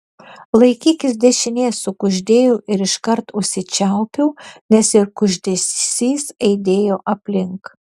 laikykis dešinės sukuždėjau ir iškart užsičiaupiau nes ir kuždesys aidėjo aplink